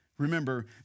Remember